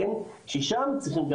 ששם צריכים,